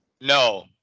No